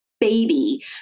baby